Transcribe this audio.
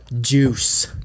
Juice